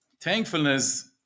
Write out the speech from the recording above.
Thankfulness